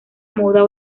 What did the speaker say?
moda